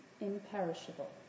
imperishable